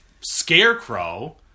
scarecrow